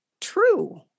true